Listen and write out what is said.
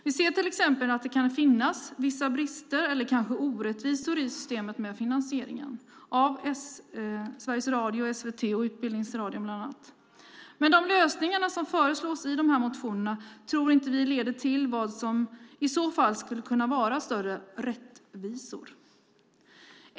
Vi ser att det kan finnas vissa brister eller kanske orättvisor i systemet med finansieringen av Sveriges Radio, SVT och Utbildningsradion bland annat. Men de lösningar som föreslås i de här motionerna tror inte vi leder till vad som i så fall skulle kunna vara större rättvisor.